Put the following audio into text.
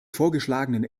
vorgeschlagenen